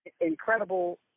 incredible